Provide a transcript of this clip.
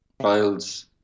trials